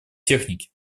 техники